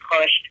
pushed